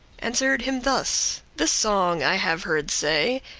answer'd him thus this song, i have heard say,